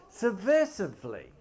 subversively